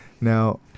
Now